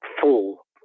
full